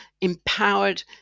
empowered